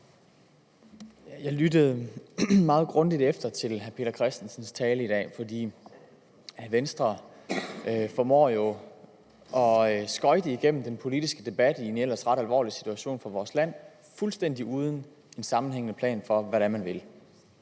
Jeg lyttede meget grundigt til hr. Peter Christensens tale i dag, for Venstre formår jo at skøjte igennem den politiske debat i en ellers ret alvorlig situation for vores land, fuldstændig uden en sammenhængende plan for, hvad det er,